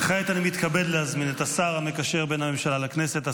כעת אני מתכבד להזמין את השר המקשר בין הממשלה לכנסת,